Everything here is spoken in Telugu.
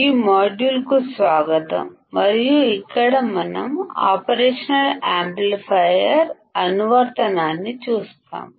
ఈ మాడ్యూల్కు స్వాగతం మరియు ఇక్కడ మనం ఆపరేషనల్ యాంప్లిఫైయర్ల అనువర్తనాన్ని చూస్తాము